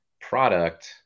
product